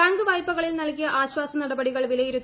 bank വായ്പകളിൽ നൽകിയ ആശ്വാസ നടപടികൾ വിലയിരു ന്